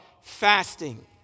Fasting